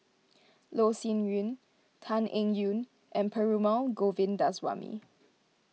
Loh Sin Yun Tan Eng Yoon and Perumal Govindaswamy